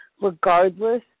regardless